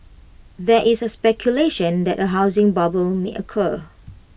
there is A speculation that A housing bubble may occur